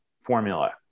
formula